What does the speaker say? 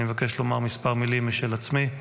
אני מבקש לומר כמה מילים משל עצמי.